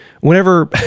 whenever